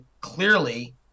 clearly